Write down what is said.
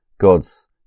God's